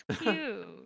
cute